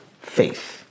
faith